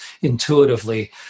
intuitively